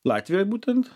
latvijoj būtent